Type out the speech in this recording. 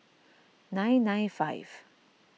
nine nine five